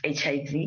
HIV